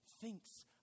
thinks